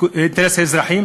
האינטרס של האזרחים?